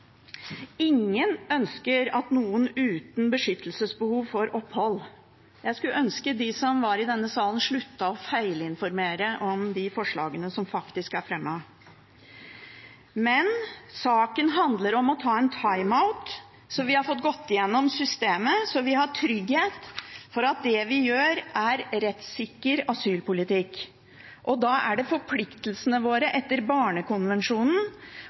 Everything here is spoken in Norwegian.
Ingen ønsker at noen uten beskyttelsesbehov får opphold. Jeg skulle ønske de som sitter i denne salen, sluttet å feilinformere om de forslagene som faktisk er fremmet. Saken handler om å ta en timeout, så vi får gått igjennom systemet, så vi får trygghet for at det vi gjør, er rettssikker asylpolitikk. Da er det forpliktelsene våre etter barnekonvensjonen